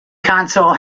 console